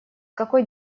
какой